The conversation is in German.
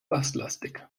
basslastig